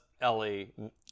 ellie